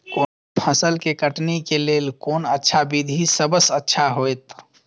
कोनो फसल के कटनी के लेल कोन अच्छा विधि सबसँ अच्छा होयत?